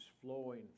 flowing